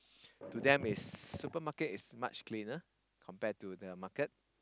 to them is supermarket is much cleaner compare to the market